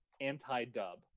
anti-dub